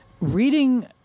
reading